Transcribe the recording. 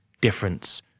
difference